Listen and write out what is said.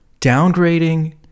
Downgrading